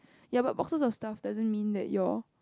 ya but boxes of stuff doesn't mean that your